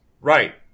Right